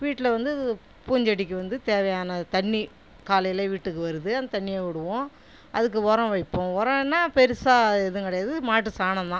வீட்டில் வந்து பூஞ்செடிக்கு வந்து தேவையான தண்ணி காலையில் வீட்டுக்கு வருது அந்தத் தண்ணியை விடுவோம் அதுக்கு உரம் வைப்போம் உரம்னா பெருசாக எதுவும் கிடையாது மாட்டு சாணம் தான்